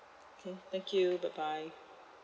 okay thank you bye bye